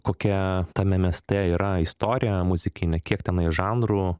kokia tame mieste yra istorija muzikinė kiek tenai žanrų